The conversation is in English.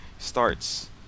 starts